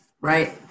right